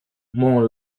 mont